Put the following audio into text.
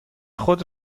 خود